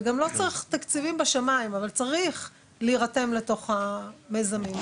וגם לא צריך תקציבים בשמיים אבל צריך להירתם לתוך המיזמים האלו.